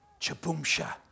Chaboomsha